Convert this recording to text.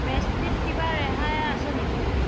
পেষ্ট্ৰিত কিবা ৰেহাই আছে নেকি